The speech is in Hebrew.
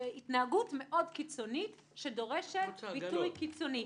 התנהגות קיצונית מאוד שדורשת גינוי קיצוני.